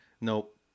Nope